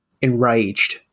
enraged